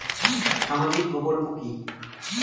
সামাজিক প্রকল্প কি?